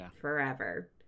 forever